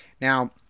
Now